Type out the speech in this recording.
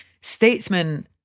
Statesman